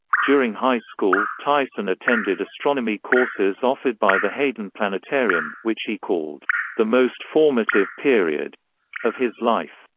during high school, tyson attended astronomy courses offered by the hayden planetarium, which he called the most formative period of his life.